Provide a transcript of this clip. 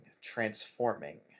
transforming